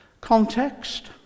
Context